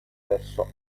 verso